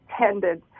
tended